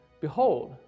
Behold